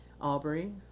aubrey